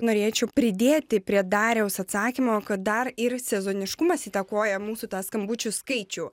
norėčiau pridėti prie dariaus atsakymo kad dar ir sezoniškumas įtakoja mūsų tą skambučių skaičių